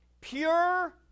Pure